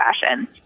fashion